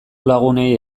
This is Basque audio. lagunei